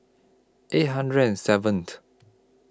eight hundred and seventh